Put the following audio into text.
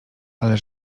ale